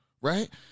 right